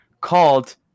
called